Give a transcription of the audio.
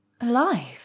Alive